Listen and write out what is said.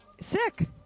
Sick